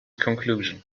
conclusion